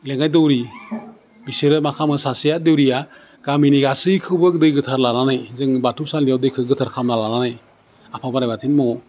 लेङाइ दौरि बिसोरो मा खालामो सासेया दौरिया गामिनि गासैखौबो दै गोथार लानानै जोंनि बाथौ सालियाव दैखौ गोथार खालामना लानानै आफा बोराइ बाथौनि न'आव